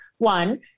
One